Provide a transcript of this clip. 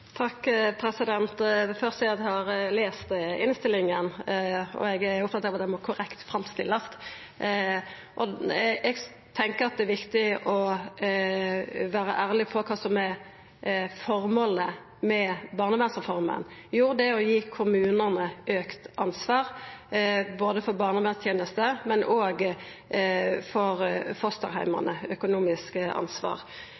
først seia at eg har lese innstillinga, og eg er opptatt av at det må framstillast korrekt. Eg tenkjer at det er viktig å vera ærleg på kva som er føremålet med barnevernsreforma. Det er å gi kommunane auka ansvar både for barnevernstenester og for